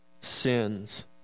sins